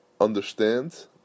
understand